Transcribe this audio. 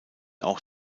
auch